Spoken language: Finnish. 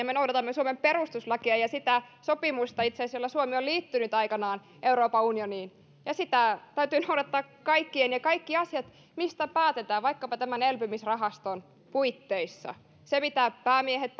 me noudatamme suomen perustuslakia ja itse asiassa sitä sopimusta jolla suomi on liittynyt aikanaan euroopan unioniin ja sitä täytyy noudattaa kaikkien ja kaikissa asioissa mistä päätetään vaikkapa tämän elpymisrahaston puitteissa se mitä päämiehet